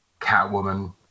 Catwoman